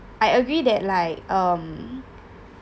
I agree that like um